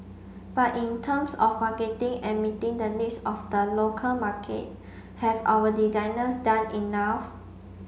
but in terms of marketing and meeting the needs of the local market have our designers done enough